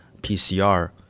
PCR